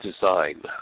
design